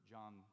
John